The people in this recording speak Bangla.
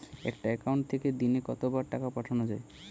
একটি একাউন্ট থেকে দিনে কতবার টাকা পাঠানো য়ায়?